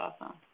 awesome